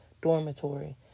dormitory